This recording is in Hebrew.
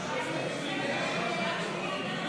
ההסתייגויות לסעיף 08